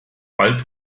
bald